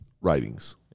writings